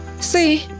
See